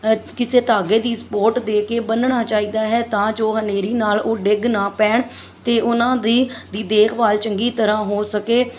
ਕਿਸੇ ਧਾਗੇ ਦੀ ਸਪੋਰਟ ਦੇ ਕੇ ਬੰਨ੍ਹਣਾ ਚਾਹੀਦਾ ਹੈ ਤਾਂ ਜੋ ਹਨੇਰੀ ਨਾਲ ਉਹ ਡਿੱਗ ਨਾ ਪੈਣ ਅਤੇ ਉਹਨਾਂ ਦੀ ਦੀ ਦੇਖਭਾਲ ਚੰਗੀ ਤਰ੍ਹਾਂ ਹੋ ਸਕੇ